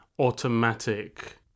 Automatic